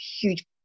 huge